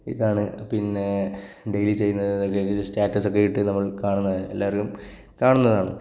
ഇതാണ് പിന്നെ ഡെയിലി ചെയ്യുന്നതാണ് സ്റ്റാറ്റസ് ഒക്കെയിട്ട് നമ്മള് കാണുന്ന എല്ലാവരും കാണുന്നതാണ്